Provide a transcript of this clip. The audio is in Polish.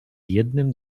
jednym